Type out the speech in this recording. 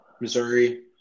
Missouri